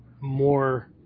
more